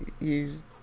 use